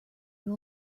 will